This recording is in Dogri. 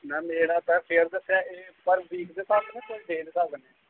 मैम एह जेह्ड़ा तोहें फेयर दस्सेआ एह् पर वीक दे स्हाब कन्नै पर डे दे स्हाब कन्नै